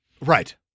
Right